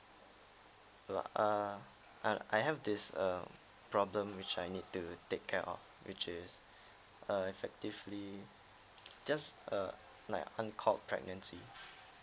uh err I I have this err problem which I need to take care of which is uh effectively just a like uncalled pregnancy